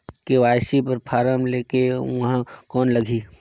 KYC बर form ले के ऊहां कौन लगही?